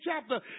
chapter